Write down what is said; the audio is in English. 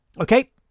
Okay